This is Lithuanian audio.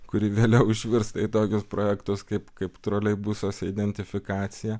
kuri vėliau užvirsta į tokius projektus kaip kaip troleibusuose identifikacija